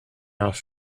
off